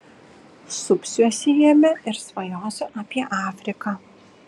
supsiuosi jame ir svajosiu apie afriką